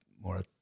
more